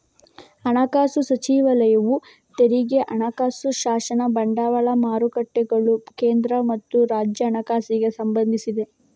ಹಣಕಾಸು ಸಚಿವಾಲಯವು ತೆರಿಗೆ, ಹಣಕಾಸು ಶಾಸನ, ಬಂಡವಾಳ ಮಾರುಕಟ್ಟೆಗಳು, ಕೇಂದ್ರ ಮತ್ತು ರಾಜ್ಯ ಹಣಕಾಸಿಗೆ ಸಂಬಂಧಿಸಿದೆ